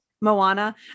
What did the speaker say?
Moana